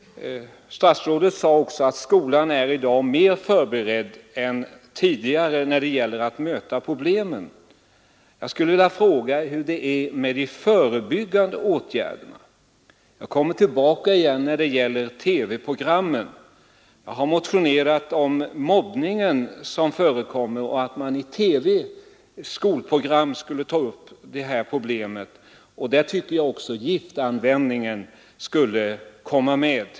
Statsrådet sade också att skolan i dag är mer förberedd än tidigare när det gäller att möta problemen. Jag skulle vilja fråga hur det är med de förebyggande åtgärderna. I fråga om TV-programmen kommer jag tillbaka. Jag har motionerat om den mobbning som förekommer och om att man i TV:s skolprogram skulle ta upp denna fråga, och jag tycker även att giftanvändningen därvid skulle komma med.